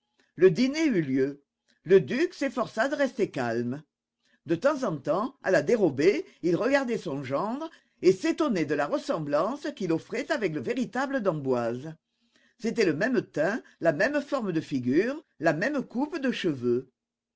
le dîner eut lieu le duc s'efforça de rester calme de temps en temps à la dérobée il regardait son gendre et s'étonnait de la ressemblance qu'il offrait avec le véritable d'emboise c'était le même teint la même forme de figure la même coupe de cheveux